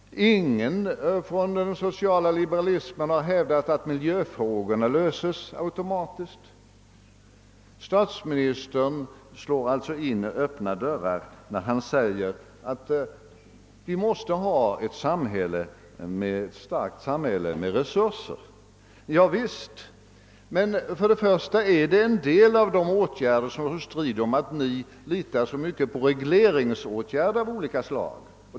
Ingen som tror på den sociala liberalismen har sagt att miljöfrågorna löses utan vidare. Statsministern slår alltså in öppna dörrar när han säger att vi måste ha ett starkt samhälle med resurser. Ja visst, men för det första är det strid om vissa åtgärder som innebär att ni litar så mycket till regleringar av olika slag.